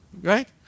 Right